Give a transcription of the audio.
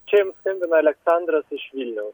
čia jums skambina aleksandras iš vilniau